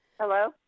Hello